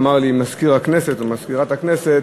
אמר לי מזכיר הכנסת או מזכירת הכנסת,